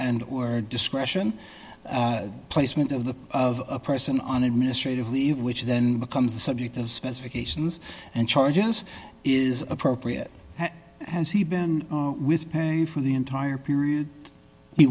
and or discretion placement of the of a person on administrative leave which then becomes the subject of specifications and charges is appropriate has he been with you for the entire period he